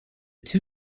two